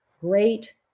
great